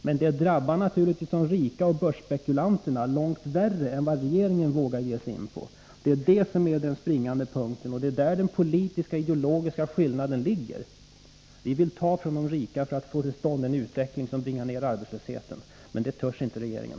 Men det drabbar naturligtvis de rika och börsspekulanterna långt värre än vad regeringen vågar föreslå. Det är det som är den springande punkten, och det är där den politiska och ideologiska skillnaden ligger. Vi vill ta från de rika för att få till stånd en utveckling som bringar ned arbetslösheten, men det törs inte regeringen.